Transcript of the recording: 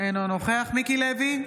אינו נוכח מיקי לוי,